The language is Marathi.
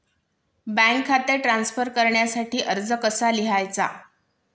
बँक खाते ट्रान्स्फर करण्यासाठी अर्ज कसा लिहायचा?